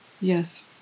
Yes